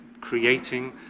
creating